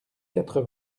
quatre